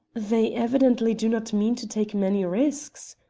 they evidently do not mean to take many risks,